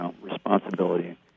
responsibility